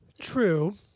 True